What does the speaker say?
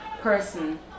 person